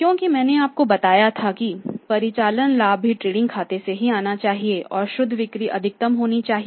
क्योंकि मैंने आपको बताया था कि परिचालन लाभ भी ट्रेडिंग खाते से ही आना चाहिए और शुद्ध बिक्री अधिकतम होनी चाहिए